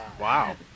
Wow